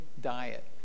diet